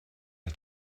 der